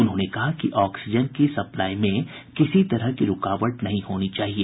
उन्होंने कहा कि ऑक्सीजन की सप्लाई में किसी तरह की रूकावट नहीं होनी चाहिए